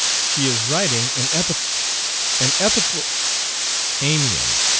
she is writing an epitha an epithal amium,